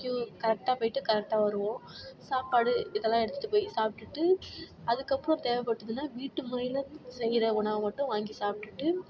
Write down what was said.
Q கரெக்டாக போய்ட்டு கரெக்டாக வருவோம் சாப்பாடு இதெல்லாம் எடுத்துகிட்டுப் போய் சாப்பிட்டுட்டு அதுக்கப்புறோம் தேவைப்பட்டுதுன்னா வீ ட்டு முறையில் செய்கிற உணவை மட்டும் வாங்கி சாப்பிட்டுட்டு